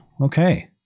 Okay